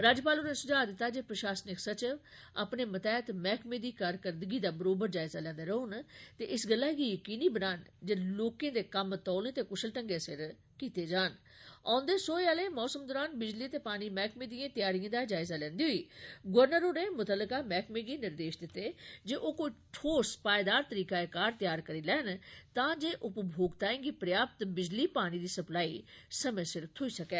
राज्यपाल होरें सुझा दित्ता जे प्रशासनिक सचिव अपने मतैह्त मैह्कमें दी कारकरदगी दा बरोबर जायजा लैन्दे रौह्न ते इस गल्ला गी यकीनी बनान जे लोकें दे कम्म तौले ते कुशल ढंगै सिर होन औन्दे सोये आले मौसम दौरान बिजली ते पानी मैह्कमें दियें तैयारियें दा जायजा लैन्दे होई गवर्नर होरें मुत्तलका मैहकमें गी निर्देश दित्ते जे ओह् कोई ठोस पायेदार तरीकायेकार तैयार करी लैन तां जे उपभोक्ताएं गी पर्याप्त बिजली पानी दी सप्लाई समयासिर थ्होई सकै